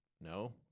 no